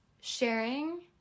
Sharing